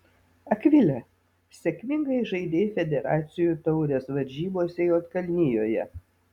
akvile sėkmingai žaidei federacijų taurės varžybose juodkalnijoje